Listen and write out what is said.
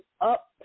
up